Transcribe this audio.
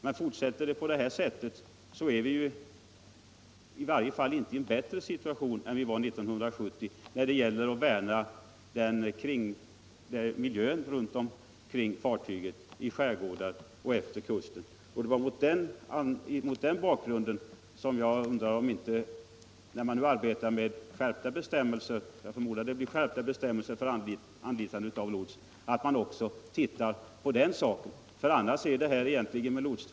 Men fortsätter det så här befinner vi oss inte i en bättre situation än 1970 när det gäller att värna om miljön i skärgårdar, innanhav och efter kusten. Och då man nu arbetar med utvidgade lotsbestämmelser — jag förmodar att det blir skärpta bestämmelser för anlitande av lots —- bör man se även på fullföljandet av bestämmelserna.